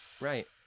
right